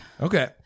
okay